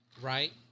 Right